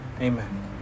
Amen